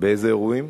באיזה אירועים?